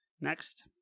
Next